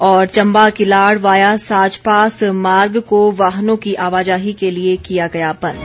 और Chamba Kilar via Sach pass मार्ग को वाहनों की आवाजाही के लिए किया गया बंद